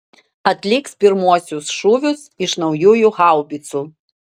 atliks pirmuosius šūvius iš naujųjų haubicų